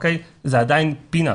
זה עדיין פינאטס,